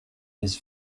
his